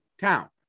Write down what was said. town